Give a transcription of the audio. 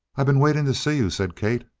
i been waiting to see you, said kate.